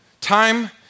Time